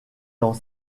dans